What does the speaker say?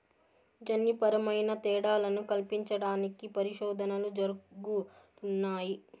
జన్యుపరమైన తేడాలను కల్పించడానికి పరిశోధనలు జరుగుతున్నాయి